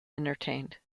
entertained